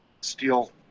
steel